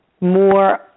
more